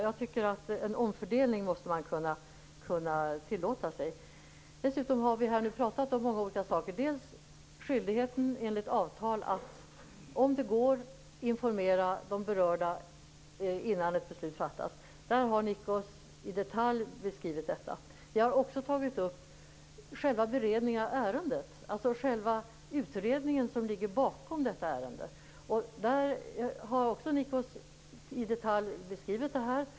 Jag tycker att man måste kunna tillåta sig en omfördelning. Dessutom har vi här pratat om många olika saker. Vi har pratat om skyldigheten enligt avtal att om det går informera berörda parter innan ett beslut fattas. Nikos Papadopoulos har i detalj beskrivit detta. Vi har också tagit upp själva beredningen av ärendet, alltså den utredning som ligger bakom detta. Det har också Nikos Papadopoulos beskrivit i detalj.